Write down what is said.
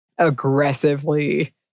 aggressively